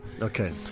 Okay